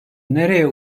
nereye